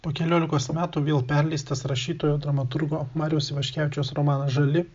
po keliolikos metų vėl perleistas rašytojo dramaturgo mariaus ivaškevičiaus romanas žali